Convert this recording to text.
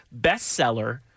bestseller